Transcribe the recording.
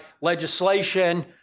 legislation